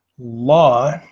Law